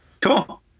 Cool